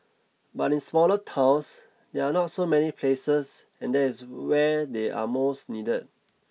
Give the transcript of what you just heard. but in smaller towns there are not so many places and there is where they are most needed